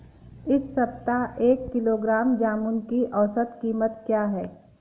इस सप्ताह एक किलोग्राम जामुन की औसत कीमत क्या है?